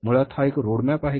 मुळात हा एक रोडमॅप आहे